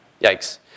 Yikes